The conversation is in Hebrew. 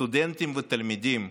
סטודנטים ותלמידים,